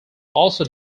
also